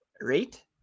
rate